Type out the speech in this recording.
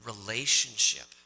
relationship